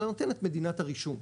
אלא נותנת מדינת הרישום.